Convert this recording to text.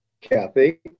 Kathy